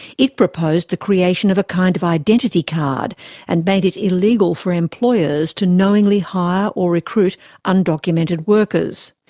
it proposed the creation of a kind of identity card and made it illegal for employers to knowingly hire or recruit undocumented workers.